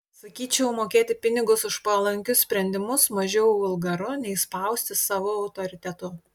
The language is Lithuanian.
sakyčiau mokėti pinigus už palankius sprendimus mažiau vulgaru nei spausti savu autoritetu